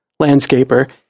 Landscaper